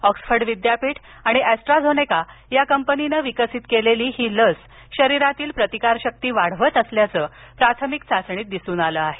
Oxford विद्यापीठ आणि AstraZeneca या कंपनीनं विकसीत केलेली ही लस शरीरातील प्रतिकार शक्ती वाढवत असल्याचं प्राथमिक चाचणीत दिसून आलं आहे